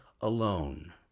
alone